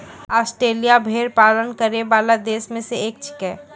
Australia भेड़ पालन करै वाला देश म सें एक छिकै